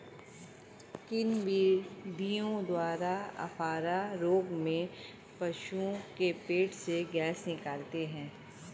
किन विधियों द्वारा अफारा रोग में पशुओं के पेट से गैस निकालते हैं?